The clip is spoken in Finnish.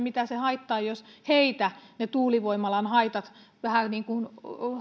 mitä se haittaa jos heitä ne tuulivoimalan haitat vähän